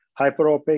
hyperopic